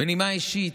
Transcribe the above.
בנימה אישית,